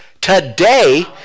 today